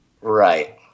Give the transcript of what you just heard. Right